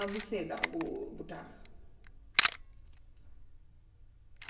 Xol bu sedda bu bu tàng.